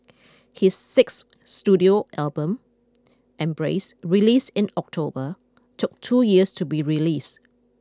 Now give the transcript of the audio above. his sixth studio album embrace released in October took two years to be release